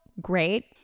great